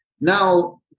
Now